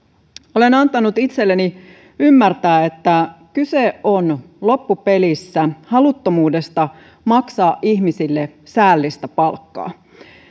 olen antanut itseni ymmärtää että kyse on loppupelissä haluttomuudesta maksaa ihmisille säällistä palkkaa